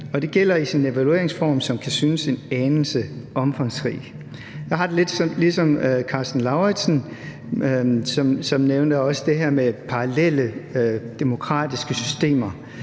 det gælder evalueringsformen, som kan synes en anelse omfangsrig. Jeg har det lidt ligesom Karsten Lauritzen, som også nævnte det her med parallelle demokratiske systemer.